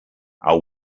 our